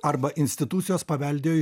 arba institucijos paveldėjo